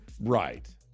Right